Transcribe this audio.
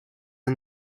and